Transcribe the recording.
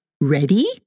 Ready